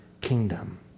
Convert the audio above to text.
kingdom